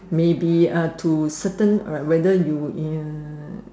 maybe uh to certain uh like whether you in